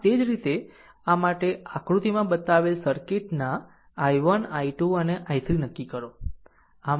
આમ તે જ રીતે આ માટે આકૃતિમાં બતાવેલ સર્કિટના i1 i2 અને i3 નક્કી કરો